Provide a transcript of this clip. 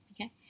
Okay